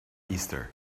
easter